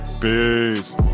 Peace